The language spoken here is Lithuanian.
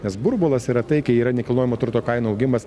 nes burbulas yra tai kai yra nekilnojamo turto kainų augimas